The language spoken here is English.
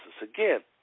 Again